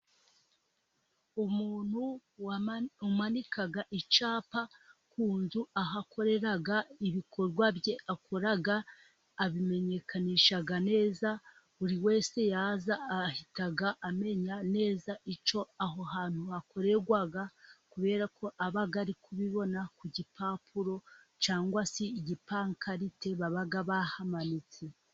Umuntu umanika icyapa ku nzu aho akorera ibikorwa bye akora, abimenyekanisha neza, buri wese yaza agahita amenya neza icyo aho hantu hakorerwa, kubera ko aba ari kubibona ku gipapuro cyangwa se igipankarite baba bahamanitse.